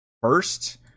first